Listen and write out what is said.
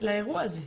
לאירוע הזה,